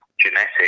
genetic